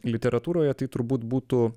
literatūroje tai turbūt būtų